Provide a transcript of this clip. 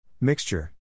Mixture